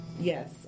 yes